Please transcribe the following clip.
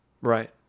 Right